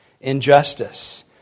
injustice